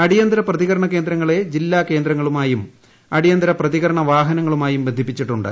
അടിയന്തിര പ്രതികരണ കേന്ദ്രങ്ങളെ ജില്ലാ കേന്ദ്രങ്ങളുമായും അടിയന്തിര പ്രതികരണ വാഹനങ്ങളുമായും ബന്ധിപ്പിച്ചിട്ടുണ്ട്